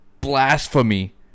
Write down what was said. blasphemy